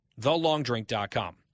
thelongdrink.com